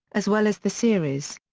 as well as the series.